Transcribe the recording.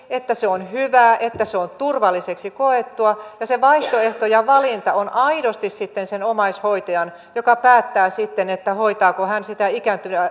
että se on hyvää että se on turvalliseksi koettua ja se vaihtoehto ja valinta on aidosti sen omaishoitajan joka päättää sitten hoitaako hän sitä